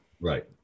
right